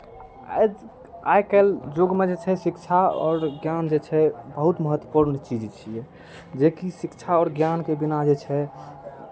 आइ आइ काल्हि युगमे जे छै शिक्षा आओर ज्ञान जे छै बहुत महतपूर्ण चीज छियै जेकि शिक्षा आओर ज्ञानके बिना जे छै